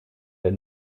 der